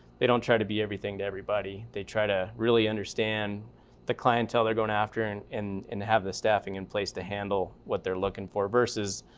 they don't try to be everything to everybody. they try to really understand the clientele they're going after and, and have the staffing in place to handle what they're looking for. versus,